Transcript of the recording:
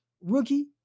rookie